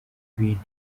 bintu